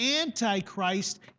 antichrist